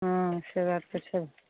हँ से बात तऽ छौ